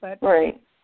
Right